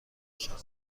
بشود